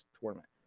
tournament